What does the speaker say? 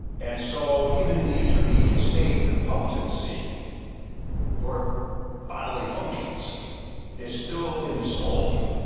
and so, even in the intermediate state the potency for bodily functions is still in the soul.